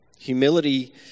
Humility